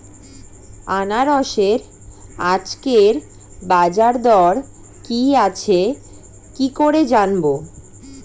আনারসের আজকের বাজার দর কি আছে কি করে জানবো?